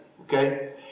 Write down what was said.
Okay